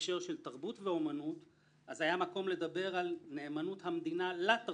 אני מבקש להתחיל משמאל לימין.